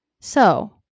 So-